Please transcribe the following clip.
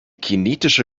kinetische